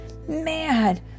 Man